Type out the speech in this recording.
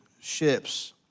ships